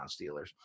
Steelers